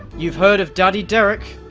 you've heard of daddy derek?